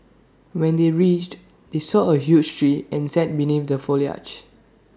when they reached they saw A huge tree and sat beneath the foliage